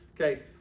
Okay